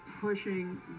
pushing